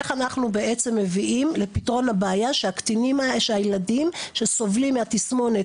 איך אנחנו בעצם מביאים לפתרון הבעיה שהילדים שסובלים מהתסמונת,